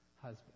husband